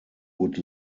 would